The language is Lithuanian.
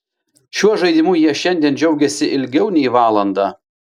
šiuo žaidimu jie šiandien džiaugėsi ilgiau nei valandą